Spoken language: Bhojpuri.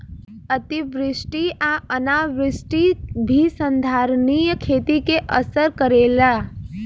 अतिवृष्टि आ अनावृष्टि भी संधारनीय खेती के असर करेला